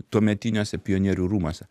tuometiniuose pionierių rūmuose